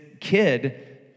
kid